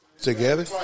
together